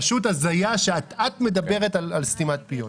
פשוט הזיה שאת מדברת על סתימת פיות.